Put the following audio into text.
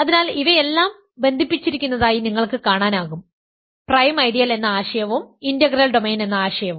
അതിനാൽ ഇവയെല്ലാം ബന്ധിപ്പിച്ചിരിക്കുന്നതായി നിങ്ങൾക്ക് കാണാനാകും പ്രൈം ഐഡിയൽ എന്ന ആശയവും ഇന്റഗ്രൽ ഡൊമെയ്ൻ എന്ന ആശയവും